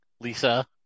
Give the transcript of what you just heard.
Lisa